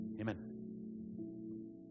Amen